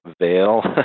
veil